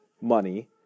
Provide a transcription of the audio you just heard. money